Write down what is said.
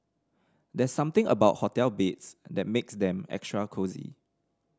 there's something about hotel beds that makes them extra cosy